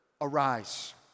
arise